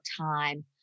time